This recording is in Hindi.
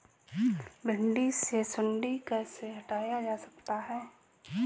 भिंडी से सुंडी कैसे हटाया जा सकता है?